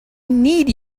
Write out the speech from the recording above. need